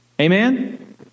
Amen